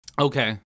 Okay